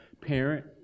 parent